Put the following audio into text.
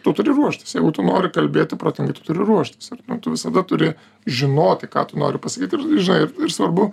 tu turi ruoštis jeigu tu nori kalbėti protingai tu turi ruoštis ar ne tu visada turi žinoti ką tu nori pasakyt ir žinai ir svarbu